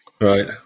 right